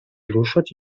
ruszać